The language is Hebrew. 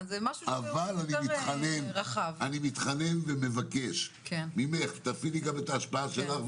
אני מתחנן ומבקש שתפעילי את השפעתך,